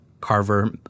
Carver